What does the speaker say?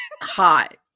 hot